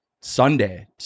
Sunday